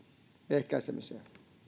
ehkäisemiseen